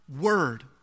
word